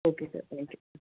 okay sir thank you